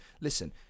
listen